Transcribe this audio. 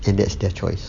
and that's their choice